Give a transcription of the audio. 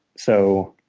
so